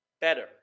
better